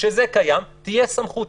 כשזה קיים, תהיה סמכות.